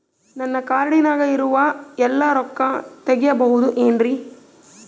ನನ್ನ ಕಾರ್ಡಿನಾಗ ಇರುವ ಎಲ್ಲಾ ರೊಕ್ಕ ತೆಗೆಯಬಹುದು ಏನ್ರಿ?